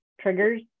triggers